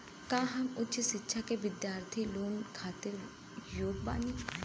का हम उच्च शिक्षा के बिद्यार्थी लोन खातिर योग्य बानी?